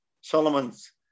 Solomon's